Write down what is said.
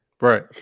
Right